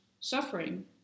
suffering